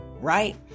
right